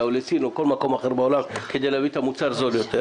או לסין או לכל מקום אחר בעולם כדי להביא את המוצר זול יותר.